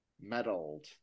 meddled